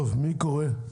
מי קורא?